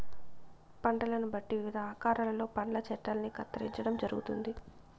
పంటలను బట్టి వివిధ ఆకారాలలో పండ్ల చెట్టల్ని కత్తిరించడం జరుగుతుంది